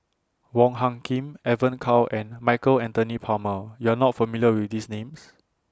Wong Hung Khim Evon Kow and Michael Anthony Palmer YOU Are not familiar with These Names